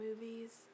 movies